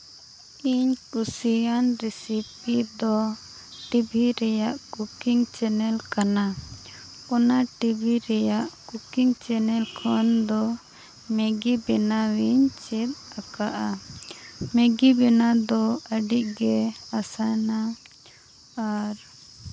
ᱤᱧ ᱠᱩᱥᱤᱭᱟᱜ ᱨᱮᱥᱤᱯᱤ ᱫᱚ ᱴᱤᱵᱷᱤ ᱨᱮᱭᱟᱜ ᱠᱳᱠᱤᱝ ᱪᱮᱱᱮᱞ ᱠᱟᱱᱟ ᱚᱱᱟ ᱴᱤᱵᱷᱤ ᱨᱮᱭᱟᱜ ᱠᱳᱠᱤᱝ ᱪᱮᱱᱮᱞ ᱠᱷᱚᱱ ᱫᱚ ᱢᱮᱜᱤ ᱵᱮᱱᱟᱣ ᱤᱧ ᱪᱮᱫ ᱟᱠᱟᱫᱼᱟ ᱢᱮᱜᱤ ᱵᱮᱱᱟᱣᱫᱚ ᱟᱹᱰᱤᱜᱮ ᱟᱥᱟᱱᱟ ᱟᱨ